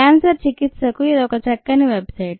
cancer చికిత్సకు ఇది చక్కని వెబ్ సైట్